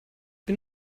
bin